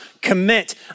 commit